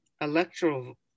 Electoral